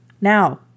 Now